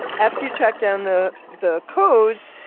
after you track down the the codes,